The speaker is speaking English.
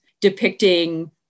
depicting